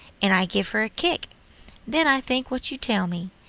and i give her a kick then i think what you tell me,